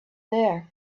there